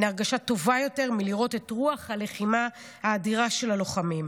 אין הרגשה טובה יותר מלראות את רוח הלחימה האדירה של הלוחמים,